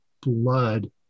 blood